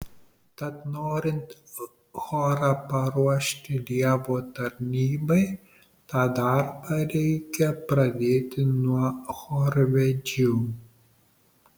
tad norint chorą paruošti dievo tarnybai tą darbą reikia pradėti nuo chorvedžių